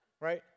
right